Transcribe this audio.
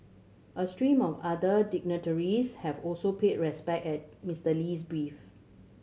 a stream of other dignitaries have also paid respect at Mister Lee's brief